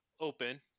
open